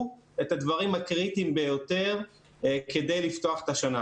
את הדברים הקריטיים ביותר כדי לפתוח את השנה.